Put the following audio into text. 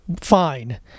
Fine